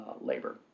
labor